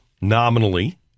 nominally